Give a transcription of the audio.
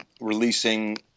releasing